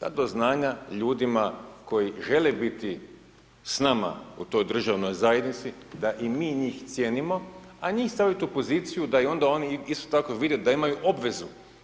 dati do znanja ljudima koji žele biti s nama u toj državnoj zajednici da i mi njih cijenimo a njih staviti u poziciju da onda i oni isto tako vide da imaju obvezu.